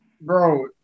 bro